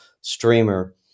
streamer